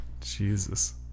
Jesus